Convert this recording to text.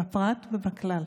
בפרט ובכלל.